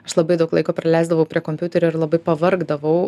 aš labai daug laiko praleisdavau prie kompiuterio ir labai pavargdavau